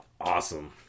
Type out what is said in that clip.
Awesome